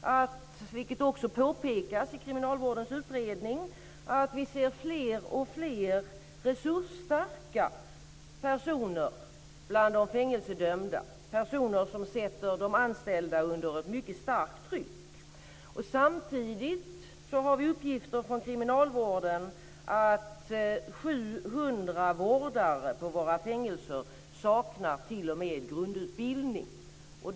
Vi ser, vilket också påpekas i kriminalvårdens utredning, fler och fler resursstarka personer bland de fängelsedömda - personer som sätter de anställda under ett mycket starkt tryck. Samtidigt har vi uppgifter från kriminalvården om att 700 vårdare på våra fängelser saknar t.o.m. grundutbildning.